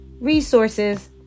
resources